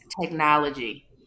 technology